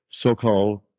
so-called